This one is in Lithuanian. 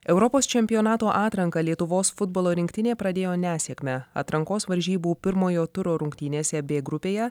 europos čempionato atranką lietuvos futbolo rinktinė pradėjo nesėkme atrankos varžybų pirmojo turo rungtynėse bė grupėje